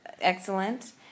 excellent